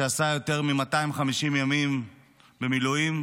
שעשה יותר מ-250 ימים במילואים,